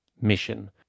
mission